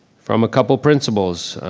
from a couple of principals,